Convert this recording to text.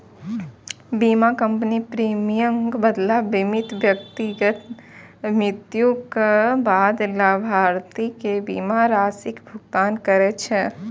बीमा कंपनी प्रीमियमक बदला बीमित व्यक्ति मृत्युक बाद लाभार्थी कें बीमा राशिक भुगतान करै छै